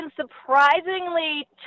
surprisingly